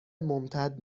ممتد